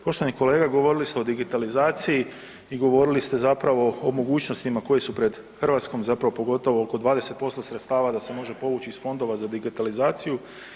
Poštovani kolega, govorili s te o digitalizaciji i govorili ste zapravo o mogućnostima koje su pred Hrvatskom zapravo pogotovo oko 20% sredstava da se može povući iz fondova za digitalizaciju.